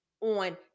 on